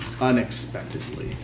unexpectedly